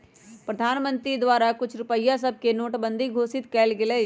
प्रधानमंत्री द्वारा कुछ रुपइया सभके नोटबन्दि घोषित कएल गेलइ